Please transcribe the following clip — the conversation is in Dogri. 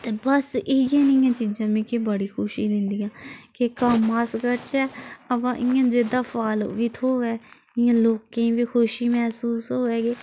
ते बस इ'यै नेहियां चीज़ां मिगी बड़ी ख़ुशी दिन्दियां के कम्म अस करचै अवा इयां जेह्दा फल बी थ्होऐ इ'यां लोकें ई बी ख़ुशी महसूस होऐ कि